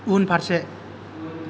उनफारसे